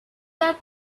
that